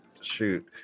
Shoot